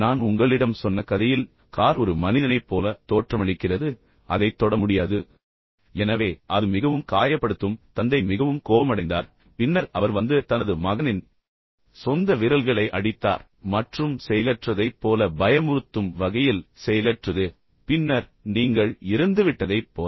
நான் உங்களிடம் சொன்ன கதையில் கார் ஒரு மனிதனைப் போல தோற்றமளிக்கிறது அதைத் தொட முடியாது எனவே அது மிகவும் காயப்படுத்தும் தந்தை மிகவும் கோபமடைந்தார் பின்னர் அவர் வந்து தனது மகனின் சொந்த விரல்களை அடித்தார் மற்றும் செயலற்றதைப் போல பயமுறுத்தும் வகையில் செயலற்றது பின்னர் நீங்கள் இறந்துவிட்டதைப் போல